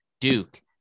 Duke